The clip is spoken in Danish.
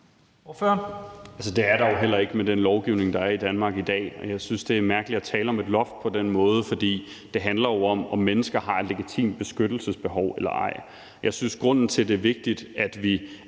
Det er der jo heller ikke med den lovgivning, der er i Danmark i dag. Jeg synes, det er mærkeligt at tale om et loft på den måde, for det handler jo om, om mennesker har et legitimt beskyttelsesbehov eller ej. Jeg synes, at grunden til, at det er vigtigt, at vi